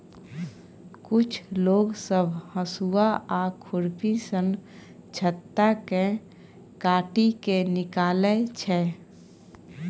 कुछ लोग सब हसुआ आ खुरपी सँ छत्ता केँ काटि केँ निकालै छै